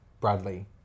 Bradley